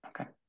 Okay